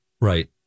right